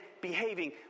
behaving